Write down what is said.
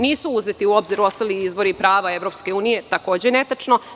Nisu uzeti u obzir ostali izvori prava EU, takođe netačno.